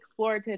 explorative